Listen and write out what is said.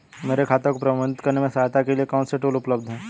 मेरे खाते को प्रबंधित करने में सहायता के लिए कौन से टूल उपलब्ध हैं?